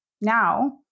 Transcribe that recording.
now